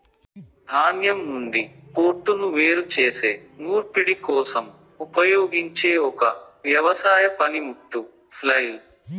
ధాన్యం నుండి పోట్టును వేరు చేసే నూర్పిడి కోసం ఉపయోగించే ఒక వ్యవసాయ పనిముట్టు ఫ్లైల్